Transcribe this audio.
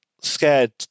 scared